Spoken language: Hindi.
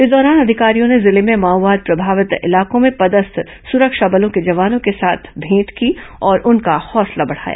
इस दौरान अधिकारियों ने जिले में माओवाद प्रभावित इलाकों में पदस्थ सुरक्षा बलों के जवानों के साथ भेंट की और उनका हौसला बढ़ाया